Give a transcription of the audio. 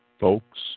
Folks